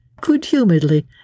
good-humouredly